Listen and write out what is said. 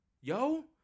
Yo